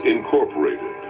Incorporated